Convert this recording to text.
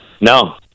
No